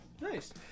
Nice